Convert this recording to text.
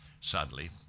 sadly